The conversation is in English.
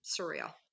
surreal